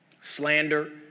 Slander